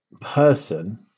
person